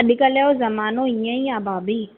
अॼुकल्ह जो ज़मानो ईअं ई आहे भाभी